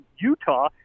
Utah